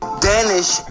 Danish